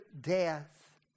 death